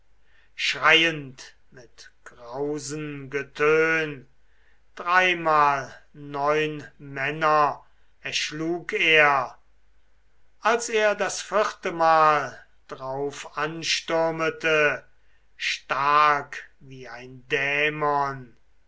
schreiend mit grausen getön dreimal neun männer erschlug er als er das vierte mal drauf anstürmete stark wie ein dämon